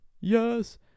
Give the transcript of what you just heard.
yes